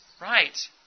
Right